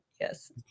Yes